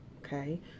Okay